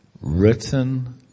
Written